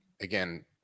again